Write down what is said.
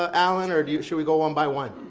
ah alan, or should we go one by one?